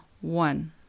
one